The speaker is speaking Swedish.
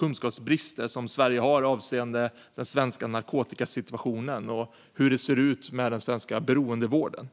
kunskapsbrister som Sverige har avseende den svenska narkotikasituationen och hur den svenska beroendevården ser ut.